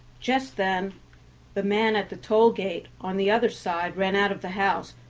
just then the man at the toll-gate on the other side ran out of the house,